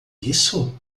isso